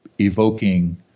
evoking